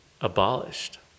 abolished